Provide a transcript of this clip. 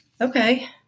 Okay